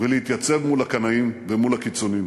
ולהתייצב מול הקנאים ומול הקיצונים.